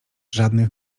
żadnych